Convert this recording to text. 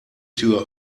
tür